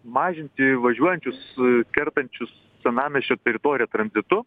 mažinti įvažiuojančius kertančius senamiesčio teritoriją tranzitu